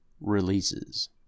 Releases